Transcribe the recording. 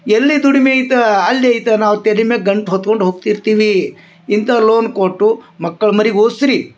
ಎಲ್ಲಿ ದುಡಿಮೆ ಐತೆ ಅಲ್ಲಿ ಐತೆ ನಾವು ತೆಲಿ ಮ್ಯಾಗ ಗಂಟೆ ಹೊತ್ಕೊಂಡು ಹೋಗ್ತಿರ್ತೀವಿ ಇಂಥವ್ ಲೋನ್ ಕೊಟ್ಟು ಮಕ್ಕಳು ಮರಿಗ ಓದ್ಸ ರೀ